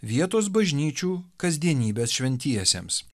vietos bažnyčių kasdienybės šventiesiems